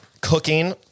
Cooking